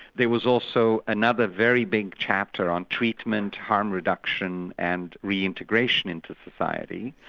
there was also another very big chapter on treatment, harm reduction and re-integration into society.